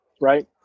right